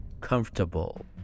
comfortable